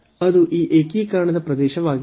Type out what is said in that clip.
ಅದು ಈ ಏಕೀಕರಣದ ಪ್ರದೇಶವಾಗಿದೆ